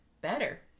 better